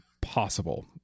possible